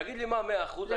תגיד לי מה 100 אחוזים.